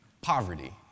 poverty